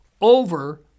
over